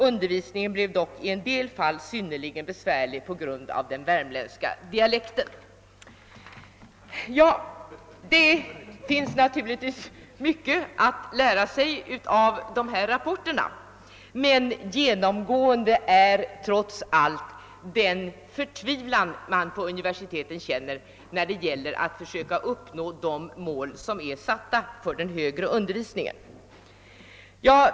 Undervisningen blev dock i en del fall synnerligen besvärlig på grund av den värmländska dialekten.» Det finns naturligtvis mycket att lära sig av dessa rapporter, men genomgående är trots allt den förtvivlan man på universiteten känner när det gäller att försöka uppnå de mål som är satta för den högre undervisningen.